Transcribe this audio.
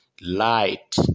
light